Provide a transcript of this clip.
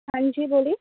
ہاں جی بولیے